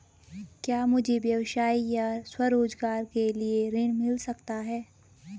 क्या मुझे व्यवसाय या स्वरोज़गार के लिए ऋण मिल सकता है?